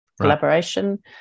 collaboration